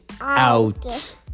out